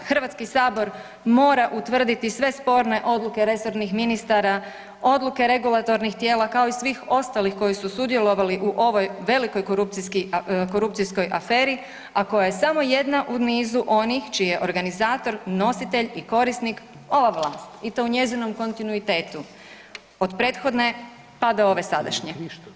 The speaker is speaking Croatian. Hrvatski sabor mora utvrditi sve sporne odluke resornih ministara, odluke regulatornih tijela kao i svih ostalih koji su sudjelovali u ovoj velikoj korupcijskoj aferi, a koja je samo jedna u nizu onih čiji je organizator i korisnik ova vlast i to u njezinom kontinuitetu od prethodne pa do ove sadašnje.